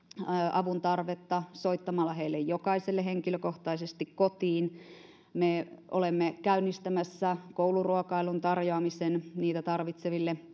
avuntarvetta soittamalla heille jokaiselle henkilökohtaisesti kotiin me olemme käynnistämässä kouluruokailun tarjoamisen sitä tarvitseville